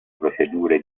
procedure